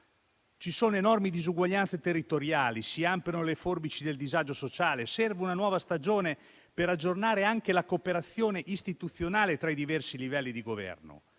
Ci sono enormi disuguaglianze territoriali, si ampliano le forbici del disagio sociale, serve una nuova stagione per aggiornare anche la cooperazione istituzionale tra i diversi livelli di Governo;